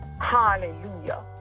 Hallelujah